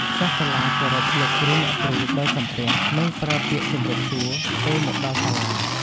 សិស្សសាលាគោរពលោកគ្រូអ្នកគ្រូដោយសំពះ និងប្រើពាក្យជំរាបសួរ ពេលមកដល់សាលា។